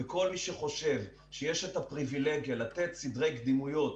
וכל מי שחושב שיש את הפריבילגיה לתת סדרי קדימויות